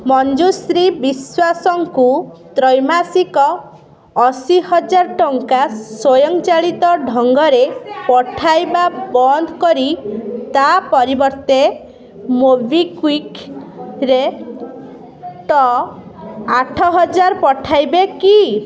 ମଞ୍ଜୁଶ୍ରୀ ବିଶ୍ୱାସଙ୍କୁ ତ୍ରୈମାସିକ ଅଶୀହଜାର ଟଙ୍କା ସ୍ୱୟଂ ଚାଳିତ ଢଙ୍ଗରେ ପଠାଇବା ବନ୍ଦ କରି ତା' ପରିବର୍ତ୍ତେ ମୋବିକ୍ଵିକ୍ରେ ଟ ଆଠହଜାର ପଠାଇବେ କି